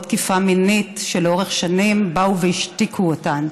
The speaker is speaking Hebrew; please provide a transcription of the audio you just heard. תקיפה מינית שלאורך שנים באו והשתיקו אותן.